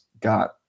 got